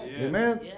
Amen